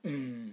mm